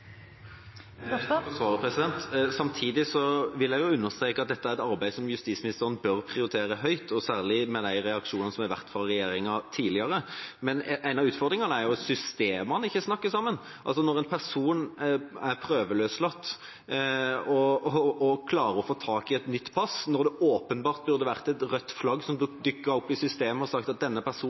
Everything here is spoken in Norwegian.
Jeg takker for svaret. Samtidig vil jeg understreke at dette er et arbeid som justisministeren bør prioritere høyt, og særlig med de reaksjonene som har vært fra regjeringa tidligere. En av utfordringene er at systemene ikke snakker sammen, slik som når en person som er prøveløslatt, klarer å få tak i et nytt pass – når det åpenbart burde dukket opp et rødt flagg i systemet som sa at denne personen